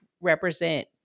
represent